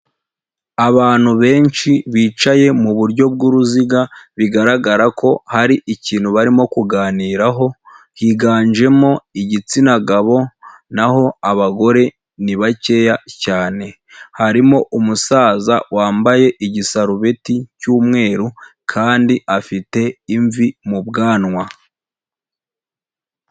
Abantu benshi bicaye mu buryo bw'uruziga, bigaragara ko hari ikintu barimo kuganiraho, higanjemo igitsina gabo, naho abagore ni bakeya cyane, harimo umusaza wambaye igisarubeti cy'umweru, kandi afite imvi mu bwanwa.